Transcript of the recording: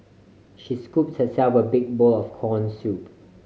she scooped herself a big bowl of corn soup